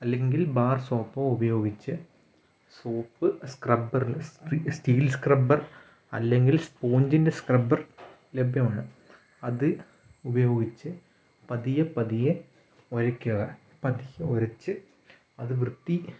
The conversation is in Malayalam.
അല്ലെങ്കിൽ ബാർ സോപ്പോ ഉപയോഗിച്ച് സോപ്പ് സ്ക്രബറിൽ സ്റ്റീൽ സ്ക്രബർ അല്ലെങ്കിൽ സ്പോഞ്ചിൻ്റെ സ്ക്രബർ ലഭ്യമാണ് അത് ഉപയോഗിച്ച് പതിയെ പതിയെ ഉരയ്ക്കുക പതിയെ ഉരച്ച് അത് വൃത്തി